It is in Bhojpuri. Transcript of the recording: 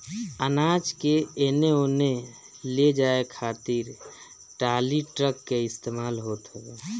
अनाज के एने ओने ले जाए खातिर टाली, ट्रक के इस्तेमाल होत हवे